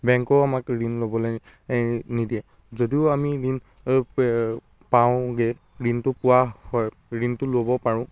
বেংকেও আমাক ঋণ ল'বলৈ নিদিয়ে যদিও আমি ঋণ পাওঁগৈ ঋণটো পোৱা হয় ঋণটো ল'ব পাৰোঁ